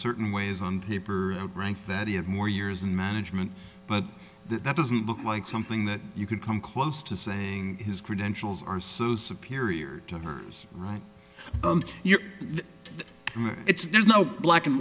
certain ways on paper that he had more years in management but that doesn't look like something that you could come close to saying his credentials are so superior to hers right i mean it's there's no black and